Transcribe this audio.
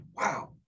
wow